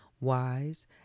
wise